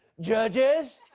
judges?